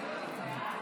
את הצעת חוק